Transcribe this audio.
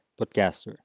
podcaster